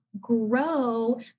grow